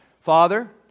Father